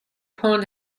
پوند